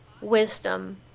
wisdom